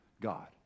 God